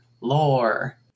Lore